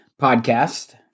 podcast